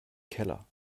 keller